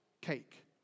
cake